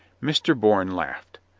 mr. bourne laughed.